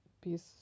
piece